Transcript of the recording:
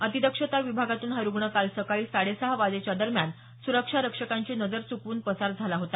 अतिदक्षता विभागातून हा रुग्ण काल सकाळी साडे सहा वाजेच्या दरम्यान सुरक्षा रक्षकांची नजर चुकवून पसार झाला होता